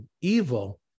evil